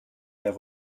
there